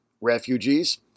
refugees